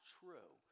true